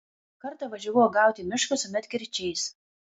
kartą važiavau uogauti į mišką su medkirčiais